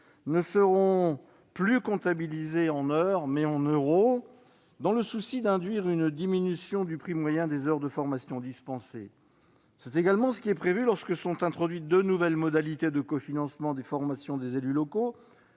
seront comptabilisés non plus en heures, mais en euros, afin d'induire une diminution du prix moyen des heures de formation dispensées. C'est également ce qui est prévu lorsque sont introduites de nouvelles modalités de cofinancement des formations des élus locaux,